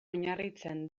oinarritzen